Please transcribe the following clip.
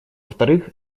вторых